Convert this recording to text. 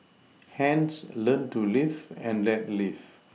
hence learn to live and let live